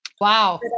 Wow